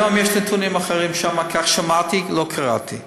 היום יש נתונים אחרים שם, כך שמעתי, לא קראתי.